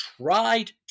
tried